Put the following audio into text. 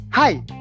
Hi